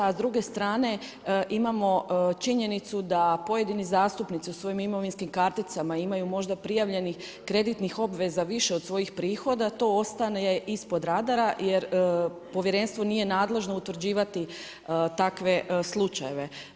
A s druge strane imamo činjenicu da pojedini zastupnici u svojim imovinskim karticama imaju možda prijavljenih kreditnih obveza više od svojih prihoda, to ostane ispod radara jer povjerenstvo nije nadležno utvrđivati takve slučajeve.